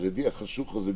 החרדי החשוך הזה,